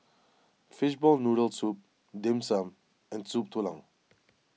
Fishball Noodle Soup Dim Sum and Soup Tulang